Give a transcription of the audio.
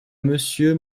monsieur